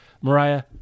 Mariah